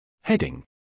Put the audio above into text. Heading